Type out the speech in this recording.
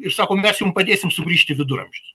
ir sako mes jums padėsim sugrįžt į viduramžius